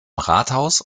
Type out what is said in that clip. rathaus